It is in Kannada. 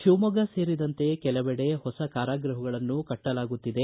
ಶಿವಮೊಗ್ಗ ಸೇರಿದಂತೆ ಕೆಲವೆಡೆ ಹೊಸ ಕಾರಾಗೃಹಗಳನ್ನು ಕಟ್ಟಲಾಗುತ್ತಿದೆ